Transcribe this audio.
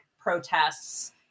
protests